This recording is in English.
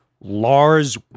Lars